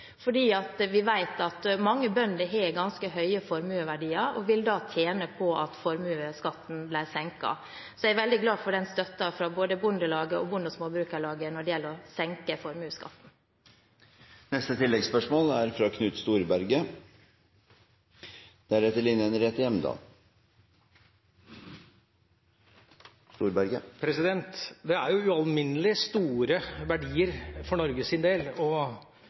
vi vet at mange bønder har ganske høye formuesverdier og vil tjene på at formuesskatten blir senket. Så jeg er veldig glad for støtten fra både Bondelaget og Bonde- og Småbrukarlaget når det gjelder å senke formuesskatten. Knut Storberget – til oppfølgingsspørsmål. Det er ualminnelig store verdier for Norges del – og ikke minst er det et spørsmål om hvordan Norge skal se ut i framtida – dette handler om, og